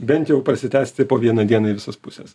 bent jau prasitęsti po vieną dieną į visas puses